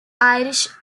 irish